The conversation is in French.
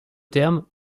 terme